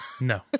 No